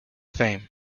fame